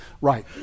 right